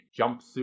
jumpsuit